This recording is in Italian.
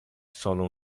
solo